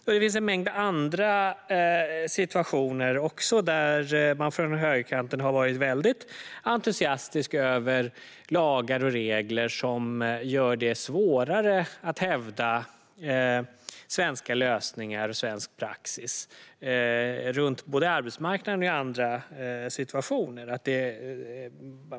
Det finns också en mängd andra situationer där man från högerkanten har varit mycket entusiastisk över lagar och regler som gör det svårare att hävda svenska lösningar och svensk praxis på arbetsmarknaden och i andra situationer.